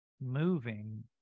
moving